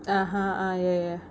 (uh huh) uh ya ya